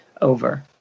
over